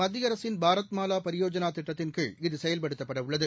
மத்திய அரசின் பாரத் மாலா பரியோஜனா திட்டத்தின் கீழ் இது செயல்படுத்தப்படவுள்ளது